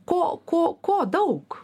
ko ko ko daug